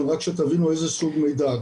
כדי שתבינו איזה סוג מידע.